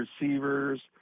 receivers